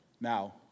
Now